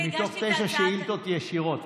מתוך תשע שאילתות ישירות,